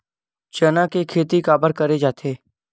चना के खेती काबर करे जाथे?